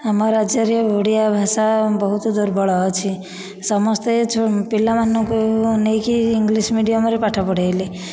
ଆମ ରାଜ୍ୟରେ ଓଡ଼ିଆ ଭାଷା ବହୁତ ଦୁର୍ବଳ ଅଛି ସମସ୍ତେ ପିଲାମାନଙ୍କୁ ନେଇ କି ଇଂଲିଶ ମିଡିୟମରେ ପାଠ ପଢ଼ାଇଲେ